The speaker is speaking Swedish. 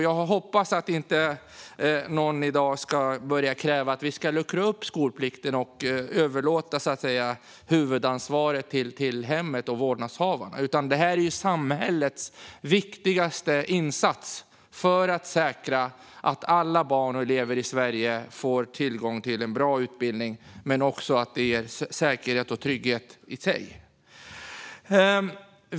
Jag hoppas att inte någon i dag ska börja kräva att vi ska luckra upp skolplikten och överlåta huvudansvaret till hemmet och vårdnadshavarna, för skolplikten är ju samhällets viktigaste insats för att säkra att alla elever i Sverige får tillgång till en bra utbildning, vilket i sig ger säkerhet och trygghet.